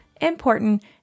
important